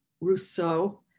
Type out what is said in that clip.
Rousseau